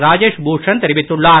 ராஜேஷ் பூஷன் தெரிவித்துள்ளார்